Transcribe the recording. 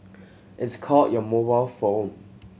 it's called your mobile phone